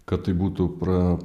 kad tai būtų pra